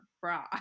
bra